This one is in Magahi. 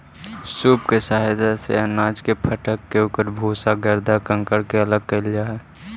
सूप के सहायता से अनाज के फटक के ओकर भूसा, गर्दा, कंकड़ के अलग कईल जा हई